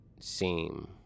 seem